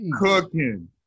Cooking